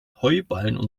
heuballen